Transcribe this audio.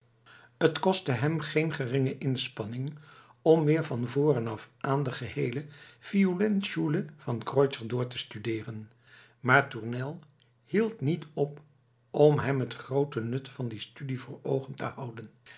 t kostte hem geen geringe inspanning om weer van voren af aan de geheele violinschule van kreutzer door te studeeren maar tournel hield niet op om hem het groote nut van die studie voor oogen te houden